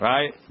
Right